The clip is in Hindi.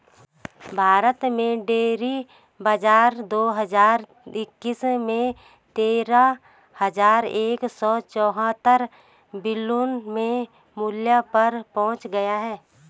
भारत में डेयरी बाजार दो हज़ार इक्कीस में तेरह हज़ार एक सौ चौहत्तर बिलियन के मूल्य पर पहुंच गया